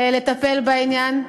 לטפל בעניין,